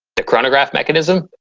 but chronograph mechanism.